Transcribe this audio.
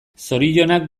zorionak